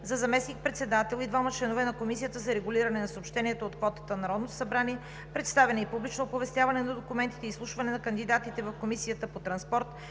за заместник-председател и двама членове на Комисията за регулиране на съобщенията от квотата на Народното събрание, представяне и публично оповестяване на документите и изслушване на кандидатите в Комисията по транспорт,